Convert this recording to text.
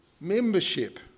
membership